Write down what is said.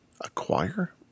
Acquire